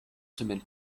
semaines